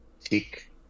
tick